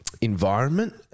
environment